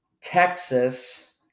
Texas